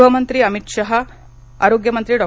गृहमंत्री अमित शहा आरोग्यमंत्री डॉ